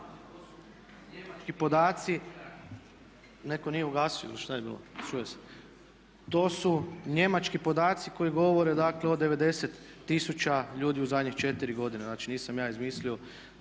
To su njemački podaci koji govore, dakle o 90 000 ljudi u zadnje četiri godine. Znači, nisam ja izmislio,